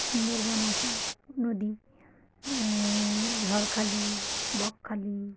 সুন্দরবন আছে নদী ঝড়খালি বকখালি